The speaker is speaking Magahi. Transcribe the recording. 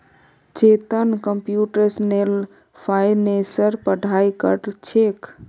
चेतन कंप्यूटेशनल फाइनेंसेर पढ़ाई कर छेक